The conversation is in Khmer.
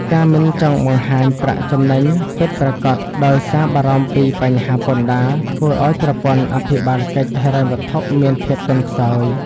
ការមិនចង់បង្ហាញប្រាក់ចំណេញពិតប្រាកដដោយសារបារម្ភពីបញ្ហាពន្ធដារ ធ្វើឱ្យប្រព័ន្ធអភិបាលកិច្ចហិរញ្ញវត្ថុមានភាពទន់ខ្សោយ។